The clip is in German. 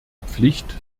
pflicht